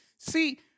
See